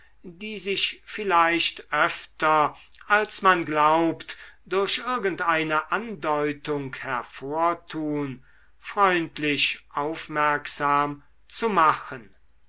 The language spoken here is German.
die sich vielleicht öfter als man glaubt durch irgendeine andeutung hervortun freundlich aufmerksam zu machen